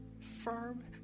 firm